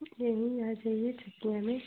लेने आ जाइए छुट्टियों में